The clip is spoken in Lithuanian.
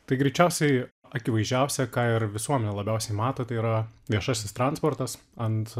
tai greičiausiai akivaizdžiausia ką ir visuomenė labiausiai mato tai yra viešasis transportas ant